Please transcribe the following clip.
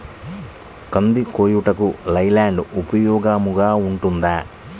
కంది కోయుటకు లై ల్యాండ్ ఉపయోగముగా ఉంటుందా?